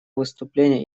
выступления